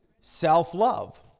self-love